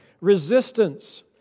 Resistance